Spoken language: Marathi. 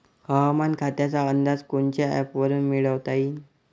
हवामान खात्याचा अंदाज कोनच्या ॲपवरुन मिळवता येईन?